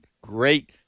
great